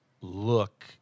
look